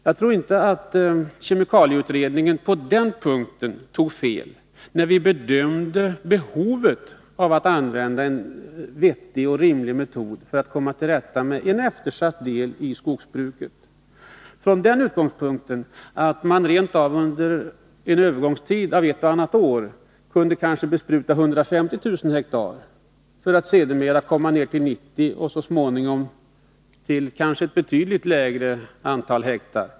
Jag tror inte att vi i kemikalieutredningen tog fel när vi bedömde behovet av att använda en vettig och rimlig metod för att komma till rätta med en eftersatt del av skogsbruket. Utgångspunkten var att man under ett eller annat år kanske kunde bespruta 150 000 hektar för att sedermera komma ner till 90 000 hektar och så småningom till ett betydligt mindre antal hektar.